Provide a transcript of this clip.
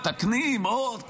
מתקנים, מתקנים עכשיו.